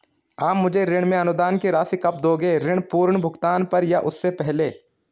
आप मुझे ऋण में अनुदान की राशि कब दोगे ऋण पूर्ण भुगतान पर या उससे पहले?